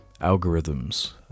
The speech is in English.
algorithms